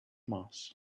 mass